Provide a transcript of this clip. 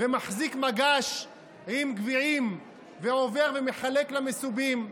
מחזיק מגש עם גביעים ועובר ומחלק למסובים.